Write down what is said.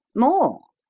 more!